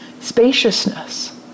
spaciousness